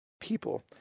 people